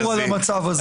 תענית דיבור על המצב הזה.